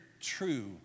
true